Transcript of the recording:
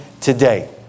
today